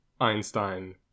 Einstein